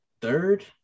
third